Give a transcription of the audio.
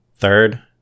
Third